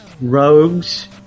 rogues